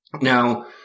Now